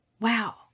Wow